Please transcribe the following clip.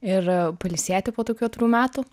ir pailsėti po tų keturių metų